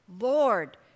Lord